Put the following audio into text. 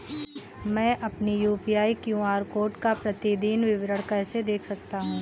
मैं अपनी UPI QR code का प्रतीदीन विवरण कैसे देख सकता हूँ?